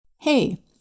Hey